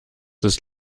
ist